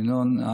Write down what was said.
ינון.